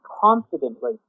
confidently